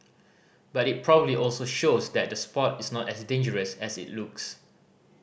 but it probably also shows that the sport is not as dangerous as it looks